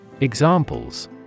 Examples